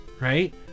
Right